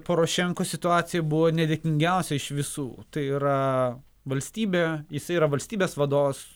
porošenkos situacija buvo nedėkingiausia iš visų tai yra valstybė jisai yra valstybės vadovas